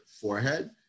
forehead